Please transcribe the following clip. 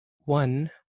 one